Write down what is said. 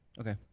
Okay